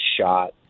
shot